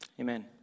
Amen